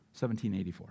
1784